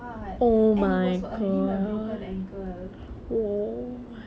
ya and all her vegetables groceries all roll all around the bus